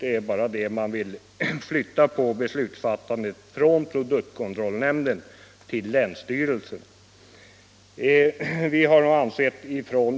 De vill bara flytta beslutsfattandet från produktkontrollnämnden till länsstyrelserna.